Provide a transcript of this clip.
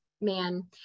man